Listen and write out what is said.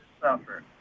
suffer